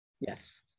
Yes